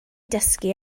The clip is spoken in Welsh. dysgu